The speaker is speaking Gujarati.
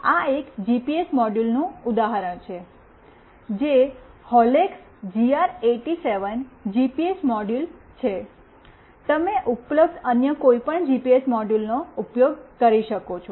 આ એક જીપીએસ મોડ્યુલનું ઉદાહરણ છે જે HOLUX GR 87 જીપીએસ મોડ્યુલ છે તમે ઉપલબ્ધ અન્ય કોઈપણ જીપીએસ મોડ્યુલનો ઉપયોગ કરી શકો છો